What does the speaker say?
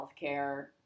healthcare